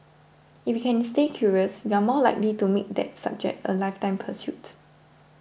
if we can stay curious we are more likely to make that subject a lifetime pursuit